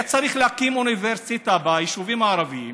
היה צריך להקים אוניברסיטה ביישובים הערביים,